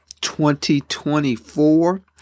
2024